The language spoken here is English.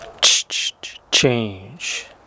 Change